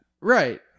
Right